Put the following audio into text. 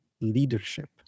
leadership